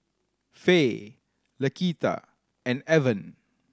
Faye Laquita and Evan